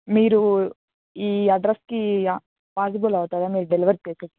మీరు ఈ అడ్రస్కి పాజిబుల్ అవుతుందా మీరు డెలివర్ చేసే